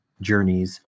journeys